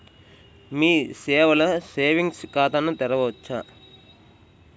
మీ సేవలో సేవింగ్స్ ఖాతాను తెరవవచ్చా?